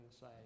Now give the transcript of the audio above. say